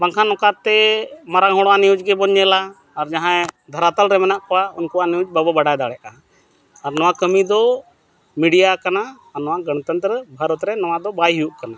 ᱵᱟᱝᱠᱷᱟᱱ ᱱᱚᱝᱠᱟ ᱛᱮ ᱢᱟᱨᱟᱝ ᱦᱚᱲᱟᱜ ᱱᱤᱭᱩᱡᱽ ᱜᱮᱵᱚᱱ ᱧᱮᱞᱟ ᱟᱨ ᱡᱟᱦᱟᱸᱭ ᱫᱷᱟᱨᱟᱛᱟᱞ ᱨᱮ ᱢᱮᱱᱟᱜ ᱠᱚᱣᱟ ᱩᱱᱠᱩᱣᱟᱜ ᱱᱤᱭᱩᱡᱽ ᱵᱟᱵᱚ ᱵᱟᱰᱟᱭ ᱫᱟᱲᱮᱭᱟᱜᱼᱟ ᱟᱨ ᱱᱚᱣᱟ ᱠᱟᱹᱢᱤ ᱫᱚ ᱢᱤᱰᱤᱭᱟ ᱠᱟᱱᱟ ᱟᱨ ᱱᱚᱣᱟ ᱜᱟᱱᱛᱚᱱᱛᱨᱚ ᱵᱷᱟᱨᱚᱛ ᱨᱮ ᱱᱚᱣᱟ ᱫᱚ ᱵᱟᱭ ᱦᱩᱭᱩᱜ ᱠᱟᱱᱟ